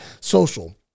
social